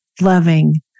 loving